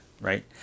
right